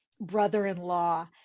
brother-in-law